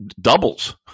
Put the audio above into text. Doubles